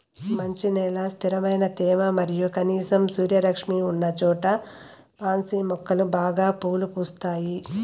మంచి నేల, స్థిరమైన తేమ మరియు కనీసం సూర్యరశ్మి ఉన్నచోట పాన్సి మొక్కలు బాగా పూలు పూస్తాయి